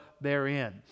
therein